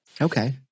Okay